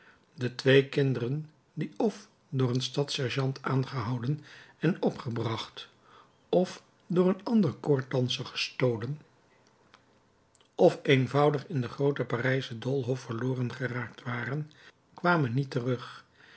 de twee kinderen die f door een stadssergeant aangehouden en opgebracht f door een of ander koordedanser gestolen f eenvoudig in den grooten parijschen doolhof verloren geraakt waren kwamen niet terug